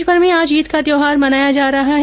प्रदेशभर में आज ईद का त्यौहार मनाया जा रहा है